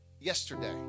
yesterday